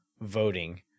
voting